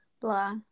blah